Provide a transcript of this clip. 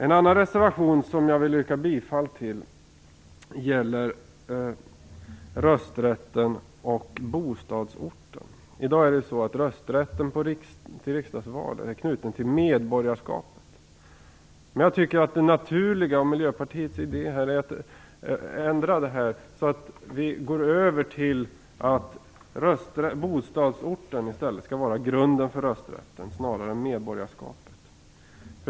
En annan reservation som jag vill yrka bifall till gäller rösträtten och bostadsorten. I dag är rösträtten till riksdagsvalet knuten till medborgarskapet. Jag tycker att det naturliga vore, och det är Miljöpartiets idé, att ändra detta, så att vi går över till att bostadsorten skall vara grunden för rösträtten snarare än medborgarskapet.